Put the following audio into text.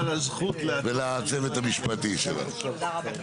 ולצוות המשפטי שלנו.